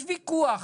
יש ויכוח.